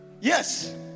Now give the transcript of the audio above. Yes